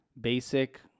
basic